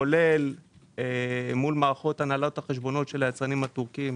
כולל מול מערכות הנהלת החשבונות של היצרנים הטורקים